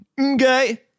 Okay